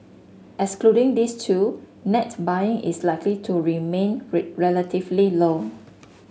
excluding these two net buying is likely to remain relatively low